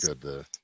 good